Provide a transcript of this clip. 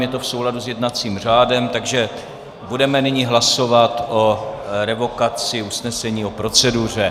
Je to v souladu s jednacím řádem, takže budeme nyní hlasovat o revokaci usnesení o proceduře.